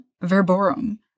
verborum